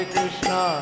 Krishna